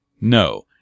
No